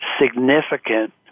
significant